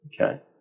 Okay